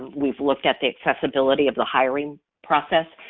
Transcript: we've looked at the accessibility of the hiring process,